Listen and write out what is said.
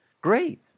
great